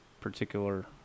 particular